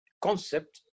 concept